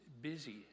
busy